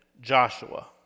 Joshua